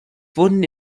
wurden